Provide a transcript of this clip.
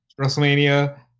WrestleMania